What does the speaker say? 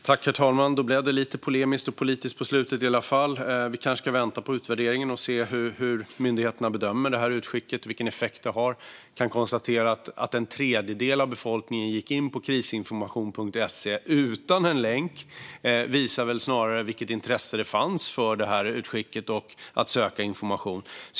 Herr talman! Då blev det lite polemiskt och politiskt på slutet i alla fall. Vi kanske ska vänta på utvärderingen och se hur myndigheterna bedömer utskicket och vilken effekt det har haft. Att en tredjedel av befolkningen gick in på Krisinformation.se utan en länk visar väl snarare vilket intresse det fanns för utskicket och för att söka information.